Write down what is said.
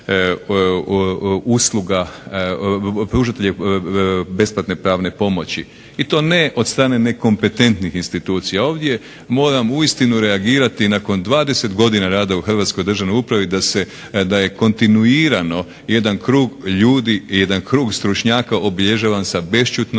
usluga besplatne pravne pomoći i to ne od strane nekompetentnih institucija. Ovdje moram uistinu reagirati, nakon 20 godina rada u hrvatskoj državnoj upravi da je kontinuirano jedan krug ljudi, jedan krug stručnjaka obilježavan sa bešćutnošću